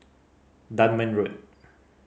Dunman Road